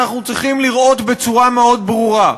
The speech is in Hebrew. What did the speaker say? אנחנו צריכים לראות בצורה מאוד ברורה,